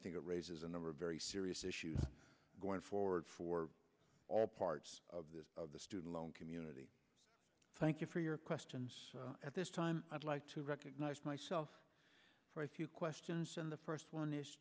think it raises a number of very serious issues going forward for all parts of the student loan community thank you for your questions at this time i'd like to recognize myself for a few questions and the first one is